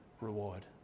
reward